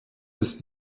ist